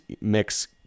mix